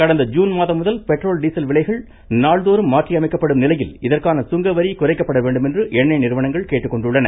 கடந்த ஜுன் மாதம் முதல் பெட்ரோல் டீசல் விலைகள் நாள்தோறும் மாற்றியமைக்கப்படும் நிலையில் இதற்கான சுங்கவரி குறைக்கப்பட வேண்டும் என்று எண்ணெய் நிறுவனங்கள் கேட்டுக்கொண்டுள்ளன